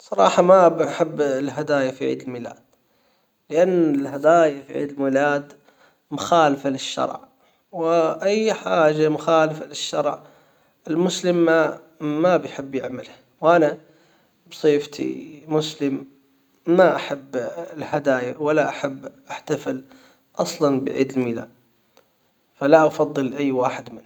صراحة ما بحب الهدايا في عيد الميلاد. لان الهدايا في عيد الميلاد مخالفة للشرع. واي حاجة مخالفة للشرع. المسلم ما ما بيحب يعمله. وانا بصفتي مسلم. ما احب اه الهدايا ولا احتفل اصلا بعيد الميلاد. فلا افضل اي واحد منهم